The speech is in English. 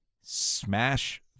smash